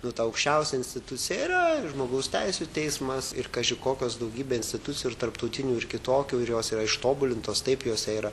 jau ta aukščiausia institucija yra ir žmogaus teisių teismas ir kaži kokios daugybė institucijų ir tarptautinių ir kitokių ir jos yra ištobulintos taip jose yra